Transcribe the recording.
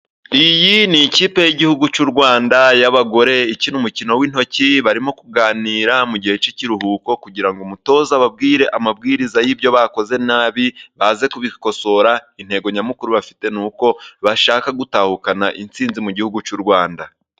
Iyi ni ikipe y’igihugu cy’u Rwanda y’abagore ikina umukino w’intoki. Barimo kuganira mu gihe cy’ikiruhuko kugira ngo umutoza ababwire amabwiriza y’ibyo bakoze nabi baze kubikosora. Intego nyamukuru bafite ni uko bashaka gutahukana intsinzi mu gihugu cy’u Rwanda.